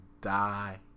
die-